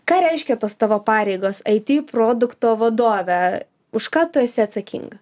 ką reiškia tos tavo pareigos it produkto vadovė už ką tu esi atsakinga